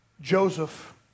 Joseph